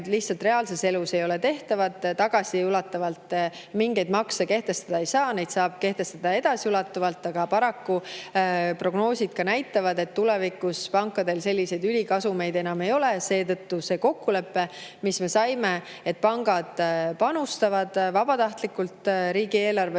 lihtsalt reaalses elus ei ole tehtavad. Tagasiulatuvalt mingeid makse kehtestada ei saa, neid saab kehtestada edasiulatuvalt, aga paraku prognoosid näitavad, et tulevikus pankadel selliseid ülikasumeid enam ei ole. Seetõttu see kokkulepe, mis me saime, et pangad panustavad vabatahtlikult riigieelarvesse